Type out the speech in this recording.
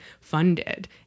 funded